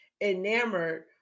enamored